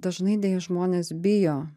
dažnai deja žmonės bijo